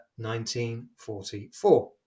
1944